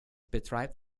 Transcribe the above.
betreibt